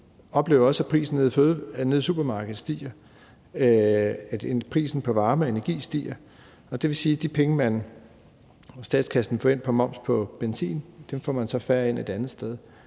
oplever også, at priserne i supermarkedet stiger, og at prisen på varme og energi stiger. Det vil sige, at de penge, som statskassen får ind på moms på benzin, modregnes af, at